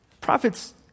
prophets